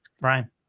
Brian